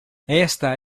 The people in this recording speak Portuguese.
esta